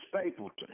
Stapleton